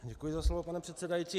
Děkuji za slovo, pane předsedající.